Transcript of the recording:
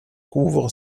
couvre